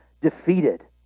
defeated